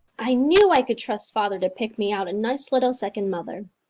i knew i could trust father to pick me out a nice little second mother,